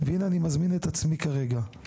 והנה אני מזמין את עצמי כרגע,